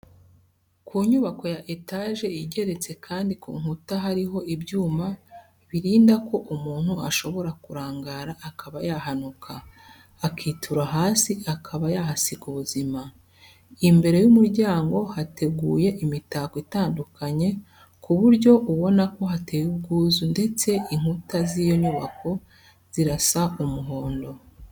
Ku nyubako ya etaje igeretse kandi ku nkuta hariho ibyuma birinda ko umuntu ashobora kurangara akaba yahanuka, akitura hasi akaba yahasiga ubuzima. Imbere y'umuryango hateguye imitako itandukanye ku buryo ubona ko hateye ubwuzu ndetse inkuta z'iyo nyubako zirasa umuhondo.